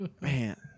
man